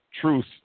truth